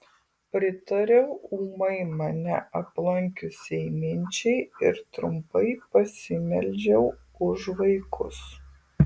pritariau ūmai mane aplankiusiai minčiai ir trumpai pasimeldžiau už vaikus